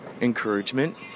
encouragement